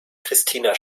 christina